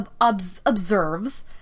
observes